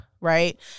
Right